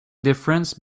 difference